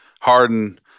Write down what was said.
Harden